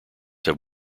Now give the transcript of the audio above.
have